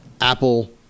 Apple